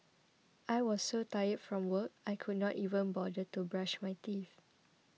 I was so tired from work I could not even bother to brush my teeth